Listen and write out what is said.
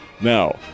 Now